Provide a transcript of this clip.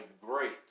great